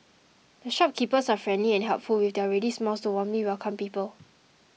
the shopkeepers are friendly and helpful with their ready smiles to warmly welcome people